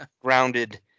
grounded